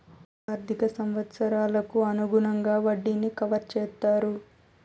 ఆర్థిక సంవత్సరాలకు అనుగుణంగా వడ్డీని కవర్ చేత్తారు